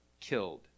killed